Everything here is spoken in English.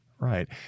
Right